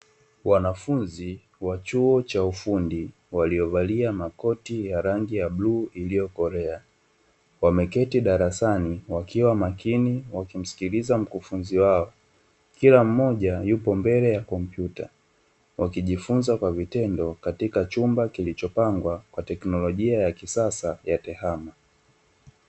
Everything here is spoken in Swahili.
Wanafunzi wa chuo cha ufundi walio valia makoti ya rangi ya bluu iliyokolea, wameketi darasani wakiwa makini wakimsikiliza mkufunzi wao, kila mmoja yupo mbele ya kompyuta Wakijifunza kwa vitendo katika chumba kilichopangwa kwa tekinolojia ya kisasa ya tehama.